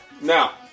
now